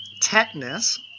tetanus